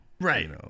Right